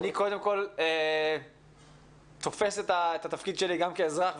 אני קודם כל תופס את התפקיד שלי גם כאזרח,